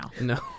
No